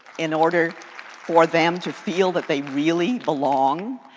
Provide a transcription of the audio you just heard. in order for them to feel that they really belong,